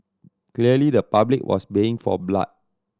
clearly the public was baying for blood